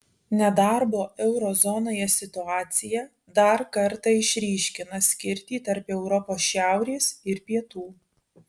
nedarbo euro zonoje situacija dar kartą išryškina skirtį tarp europos šiaurės ir pietų